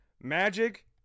Magic